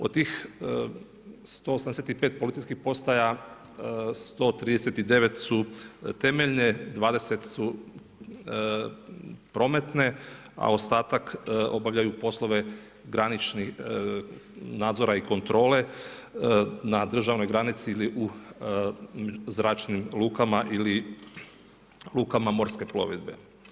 Od tih 185 policijskih postaja 139 su temeljne, 20 su prometne, a ostatak obavljaju poslove graničnih nadzora i kontrole na državnoj granici ili u zračnim lukama ili lukama morske plovidbe.